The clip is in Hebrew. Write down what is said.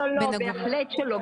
בהחלט חשוב,